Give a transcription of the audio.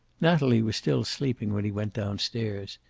natalie was still sleeping when he went down-stairs.